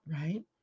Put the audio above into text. right